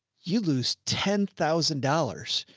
you lose ten thousand dollars.